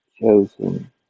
chosen